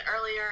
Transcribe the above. earlier